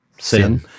sin